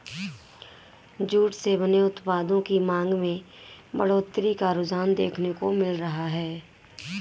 jute से बने उत्पादों की मांग में बढ़ोत्तरी का रुझान देखने को मिल रहा है